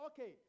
okay